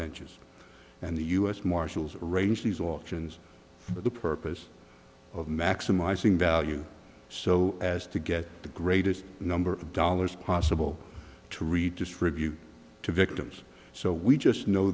benches and the u s marshals arranged these auctions for the purpose of maximizing value so as to get the greatest number of dollars possible to redistribute to victims so we just know